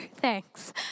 thanks